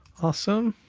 awesome.